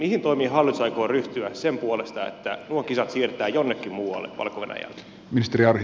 mihin toimiin hallitus aikoo ryhtyä sen puolesta että nuo kisat siirretään jonnekin muualle valko venäjältä